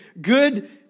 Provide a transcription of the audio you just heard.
good